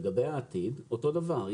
לגבי העתיד, אותו דבר.